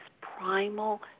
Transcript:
primal